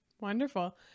Wonderful